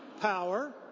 power